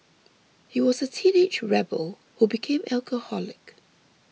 he was a teenage rebel who became alcoholic